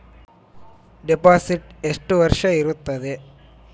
Deposit ಎಷ್ಟು ವರ್ಷ ಇರುತ್ತದೆ?